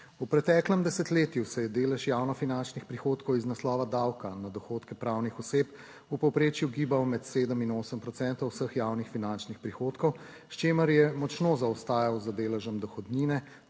V preteklem desetletju se je delež javno finančnih prihodkov iz naslova davka na dohodke pravnih oseb v povprečju gibal med 7 in 8 procentov vseh javnih finančnih prihodkov, s čimer je močno zaostajal za deležem dohodnine,